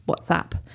WhatsApp